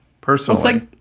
personally